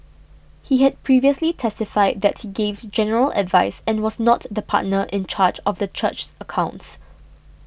he had previously testified that he gave general advice and was not the partner in charge of the church's accounts